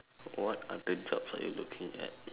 what other jobs are you looking at